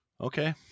Okay